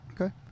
Okay